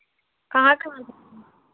कहाँ कहाँ जाना है